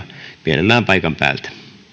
mielellään paikan päältä